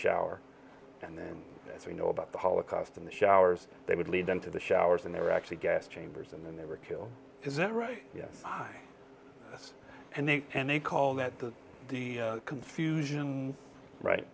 shower and then as we know about the holocaust in the showers they would lead them to the showers and there are actually gas chambers and then they were killed is that right yes i and they and they call that the confusion right